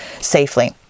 safely